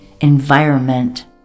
environment